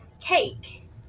cake